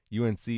UNC